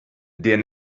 der